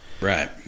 Right